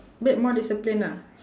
bit more disciplined ah